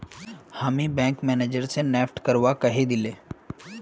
हामी bank manager स NEFT करवा कहइ दिले